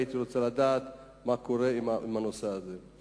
והייתי רוצה לדעת מה קורה עם הנושא הזה.